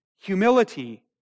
Humility